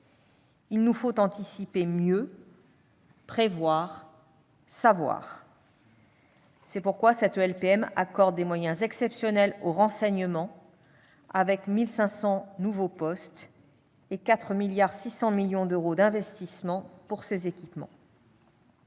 Il nous faut anticiper mieux, prévoir, savoir. C'est pourquoi cette LPM accorde des moyens exceptionnels au renseignement, avec 1 500 nouveaux postes et 4,6 milliards d'euros d'investissements pour ses équipements.